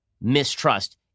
mistrust